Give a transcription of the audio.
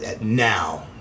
now